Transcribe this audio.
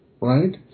right